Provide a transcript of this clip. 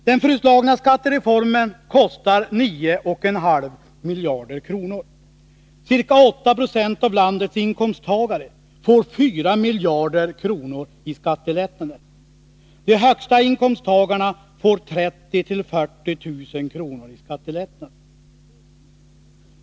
Den föreslagna skattereformen kostar 9,5 miljarder kronor. Ca 8 20 av landets inkomsttagare får sammanlagt 4 miljarder kronor i skattelättnader. De högsta inkomsttagarna får 30 000-40 000 kr. var i skattelättnad.